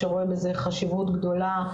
שרואה בזה חשיבות גדולה,